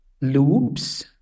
loops